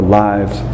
lives